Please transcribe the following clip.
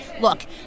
Look